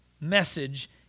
message